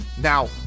Now